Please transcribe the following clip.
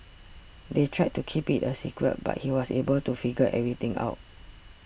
they tried to keep it a secret but he was able to figure everything out